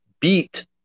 beat